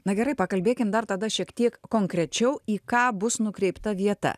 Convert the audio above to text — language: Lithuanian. na gerai pakalbėkim dar tada šiek tiek konkrečiau į ką bus nukreipta vieta